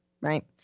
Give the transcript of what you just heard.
Right